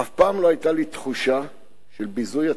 אף פעם לא היתה לי תחושה של ביזוי עצמי,